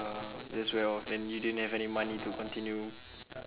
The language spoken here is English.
oh that's wear off then you don't have any money to continue